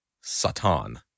Satan